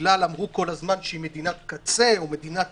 אמרו כל הזמן שהיא מדינת קצה או מדינת